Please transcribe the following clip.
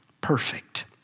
perfect